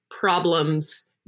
problems